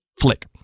flick